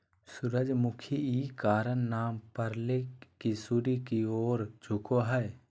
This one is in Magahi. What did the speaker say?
सूरजमुखी इ कारण नाम परले की सूर्य की ओर झुको हइ